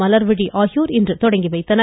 மலர்விழி ஆகியோர் இன்று துவக்கி வைத்தனர்